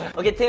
okay